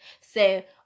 say